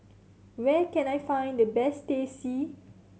where can I find the best Teh C